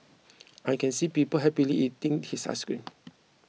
I can see people happily eating his ice cream